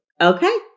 Okay